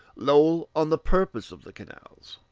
lowell on the purpose of the canals.